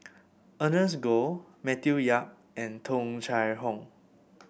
Ernest Goh Matthew Yap and Tung Chye Hong